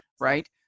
right